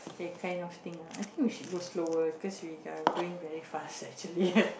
that kind of thing uh I think we should go slower cause we are doing very fast actually